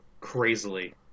crazily